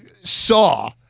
saw